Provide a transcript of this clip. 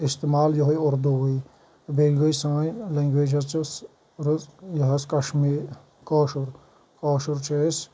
اِستعمال یِہوٚے اُردووٕے بیٚیہِ گٔے سٲنۍ لنٛگویج حظ چھِ رٕژ یہِ حظ کشمی کٲشُر کٲشُر چھِ أسۍ